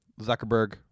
Zuckerberg